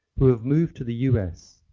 who have moved to the us,